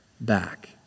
back